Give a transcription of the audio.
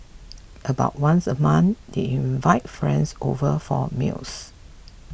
about once a month they invite friends over for meals